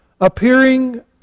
appearing